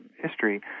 history